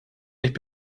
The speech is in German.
nicht